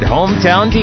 Hometown